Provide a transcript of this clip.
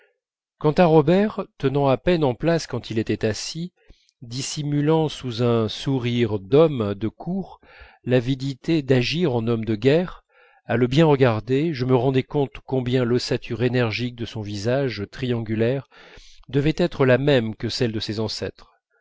quand à robert tenant à peine en place quand il était assis dissimulant sous un sourire d'homme de cour l'avidité d'agir en homme de guerre à le bien regarder je me rendais compte combien l'ossature énergique de son visage triangulaire devait être la même que celle de ses ancêtres